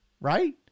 right